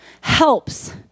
helps